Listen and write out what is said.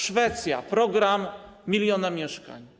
Szwecja - program miliona mieszkań.